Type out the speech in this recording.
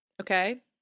Okay